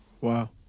Wow